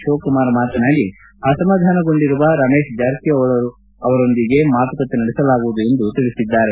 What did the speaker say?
ಶಿವಕುಮಾರ್ ಮಾತನಾಡಿ ಅಸಮಾಧಾನಗೊಂಡಿರುವ ರಮೇಶ್ ಜಾರಕಿಹೊಳ ಅವರೊಂದಿಗೆ ಮಾತುಕತೆ ನಡೆಸಲಾಗುವುದು ಎಂದು ತಿಳಿಸಿದ್ದಾರೆ